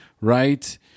right